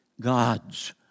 God's